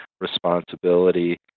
responsibility